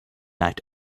night